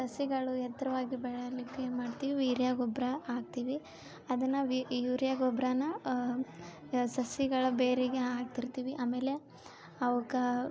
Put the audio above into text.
ಸಸಿಗಳು ಎತ್ತರವಾಗಿ ಬೆಳಲಿಕ್ಕೆ ಏನು ಮಾಡ್ತೀವಿ ಯೂರಿಯಾ ಗೊಬ್ಬರ ಹಾಕ್ತೀವಿ ಅದನ್ನ ಯೂರಿಯಾ ಗೊಬ್ರನ ಸಸಿಗಳ ಬೇರಿಗೆ ಹಾಕ್ತಿರ್ತೀವಿ ಆಮೇಲೆ ಅವ್ಕಾ